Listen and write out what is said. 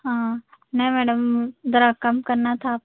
ہاں نہیں میڈم ذرا کم کرنا تھا